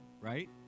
right